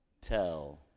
Tell